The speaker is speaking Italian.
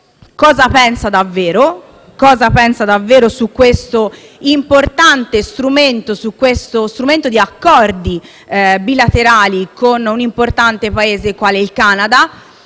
cosa pensa davvero su questo fondamentale strumento di accordi bilaterali con un'importante Paese qual è il Canada.